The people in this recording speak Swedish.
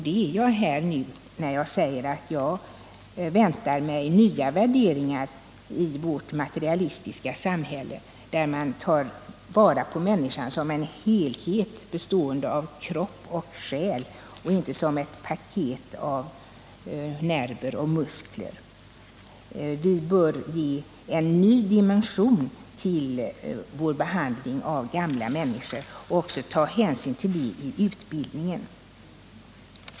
Det är jag nu när jag säger att jag väntar mig nya värderingar i vårt materialistiska samhälle, där man tar vara på människan som en helhet, bestående av kropp och själ och inte som ett paket av nerver och muskler. Vi bör ge vår behandling av gamla människor en ny dimension och även ta hänsyn till det i utbildningen.